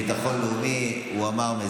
בעד, 28 מתנגדים.